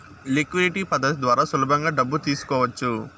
liquidity పద్ధతి ద్వారా సులభంగా డబ్బు తీసుకోవచ్చు